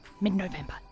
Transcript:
mid-November